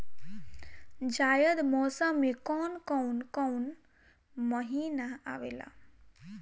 जायद मौसम में कौन कउन कउन महीना आवेला?